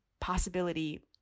possibility